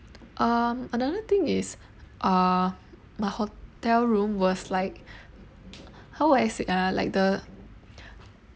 um another thing is uh my hotel room was like how would I say ah like the